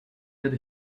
that